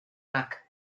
mac